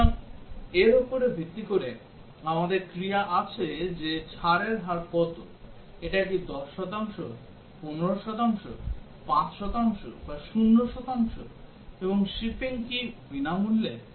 সুতরাং এর উপর ভিত্তি করে আমাদের ক্রিয়া আছে যে ছাড়ের হার কত এটা কি 10 শতাংশ 15 শতাংশ 5 শতাংশ বা 0 শতাংশ এবং শিপিং কি বিনামূল্যে